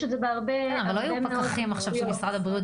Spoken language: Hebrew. כן, אבל לא יהיו פקחים של משרד הבריאות.